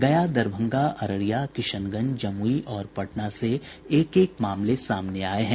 गया दरभंगा अररिया किशनगंज जमुई और पटना से एक एक मामले सामने आये हैं